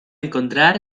encontrar